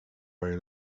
very